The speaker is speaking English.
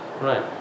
right